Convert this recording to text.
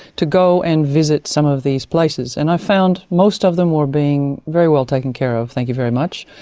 to go and visit some of these places, and i found most of them were being very well taken care of, thank you very much.